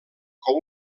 com